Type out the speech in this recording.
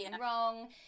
wrong